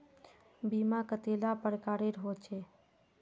बीमा कतेला प्रकारेर होचे?